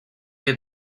had